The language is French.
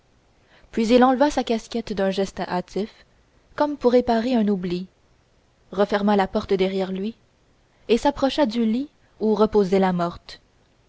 puis il enleva sa casquette d'un geste hâtif comme pour réparer un oubli referma la porte derrière lui et s'approcha du lit où reposait la morte